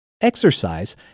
Exercise